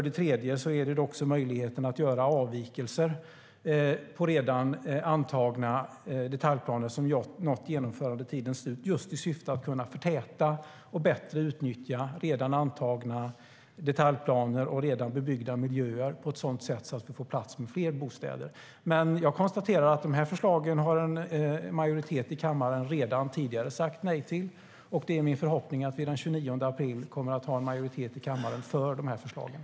Det handlar också om möjligheten att göra avvikelser på redan antagna detaljplaner som nått genomförandetidens slut i syfte att kunna förtäta och bättre utnyttja redan antagna detaljplaner och redan bebyggda miljöer på ett sådant sätt att vi får plats med fler bostäder.